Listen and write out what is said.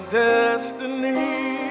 destiny